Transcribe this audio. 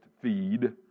feed